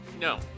no